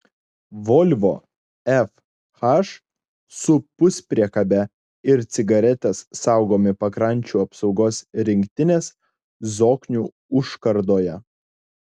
volvo fh su puspriekabe ir cigaretės saugomi pakrančių apsaugos rinktinės zoknių užkardoje